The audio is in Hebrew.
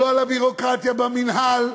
לא על הביורוקרטיה במינהל,